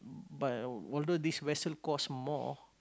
but although this vessel cost more